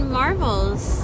marvels